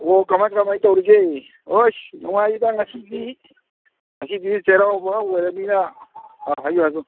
ꯑꯣ ꯀꯃꯥꯏꯅ ꯀꯃꯥꯏꯅ ꯇꯧꯔꯤꯒꯦ ꯑꯩꯁ ꯅꯨꯡꯉꯥꯏꯔꯤꯗ ꯉꯁꯤꯗꯤ ꯉꯁꯤꯗꯤ ꯆꯩꯔꯥꯎꯕ ꯑꯣꯏꯔꯝꯅꯤꯅ ꯑꯥ ꯍꯥꯏꯕꯤꯌꯨ ꯍꯥꯏꯕꯤꯌꯨ